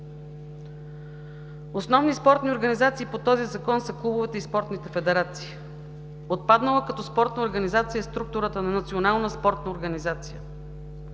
Основни спортни организации по този закон са клубовете и спортните федерации. Отпаднала е като спортна организация структурата на „национална спортна организация“.